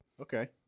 Okay